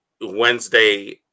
Wednesday